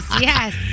yes